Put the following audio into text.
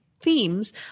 themes